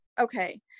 Okay